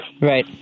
Right